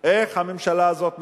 איך הממשלה הזאת מתנהלת,